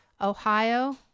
Ohio